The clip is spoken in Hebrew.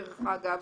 דרך אגב,